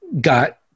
got